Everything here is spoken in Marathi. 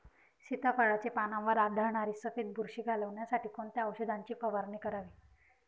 सीताफळाचे पानांवर आढळणारी सफेद बुरशी घालवण्यासाठी कोणत्या औषधांची फवारणी करावी?